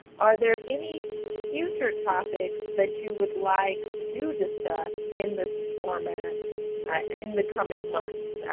are there any future topics that you would like to discuss in this format in the coming months,